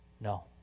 No